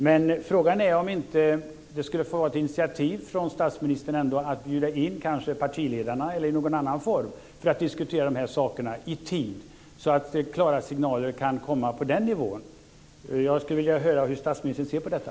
Men frågan är om inte statsministern skulle ta ett initiativ och bjuda in partiledarna eller att göra det i någon annan form för att diskutera dessa saker i tid, så att klara signaler kan komma på den nivån. Jag skulle vilja höra hur statsministern ser på detta.